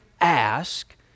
ask